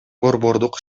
борбордук